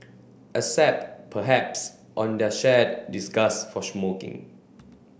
except perhaps on their shared disgust for smoking